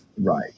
Right